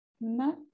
no